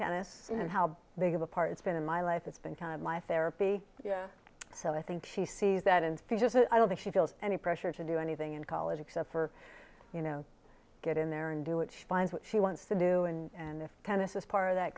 tennis and how big of a part it's been in my life it's been my therapy so i think she sees that and just i don't think she feels any pressure to do anything in college except for you know get in there and do what she finds what she wants to do and if kindness is part of that